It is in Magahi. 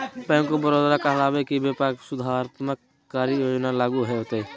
बैंक ऑफ बड़ौदा कहलकय कि व्यापक सुधारात्मक कार्य योजना लागू होतय